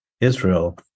israel